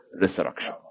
resurrection